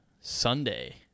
Sunday